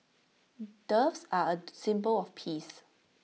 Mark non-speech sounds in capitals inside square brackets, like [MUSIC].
[NOISE] doves are A [UNINTELLIGIBLE] symbol of peace